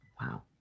Wow